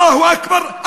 אללהו אכבר,